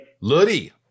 Luddy